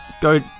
go